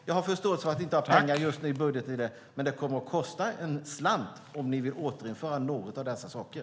Jag har förståelse för att ni inte har pengar i budgeten för det just nu, men det kommer att kosta en slant om ni vill återinföra någon av dessa saker.